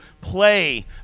play